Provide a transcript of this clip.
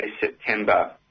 September